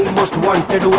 most wanted